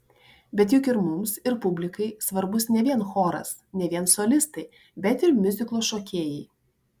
bet juk ir mums ir publikai svarbus ne vien choras ne vien solistai bet ir miuziklo šokėjai